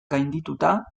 gaindituta